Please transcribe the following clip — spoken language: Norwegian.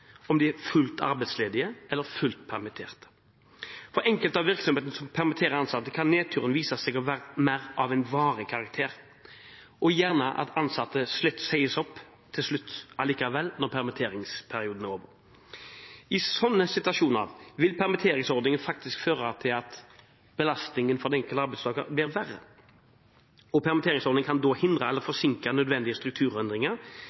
om de er fullt arbeidsledige eller fullt permittert. For enkelte av virksomhetene som permitterer ansatte, kan nedturen vise seg å være mer av en varig karakter, og gjerne at de ansatte sies opp til slutt likevel når permitteringsperioden er over. I slike situasjoner vil permitteringsordningen faktisk føre til at belastningen for den enkelte arbeidstaker blir verre. Permitteringsordningen kan da hindre eller forsinke nødvendige strukturendringer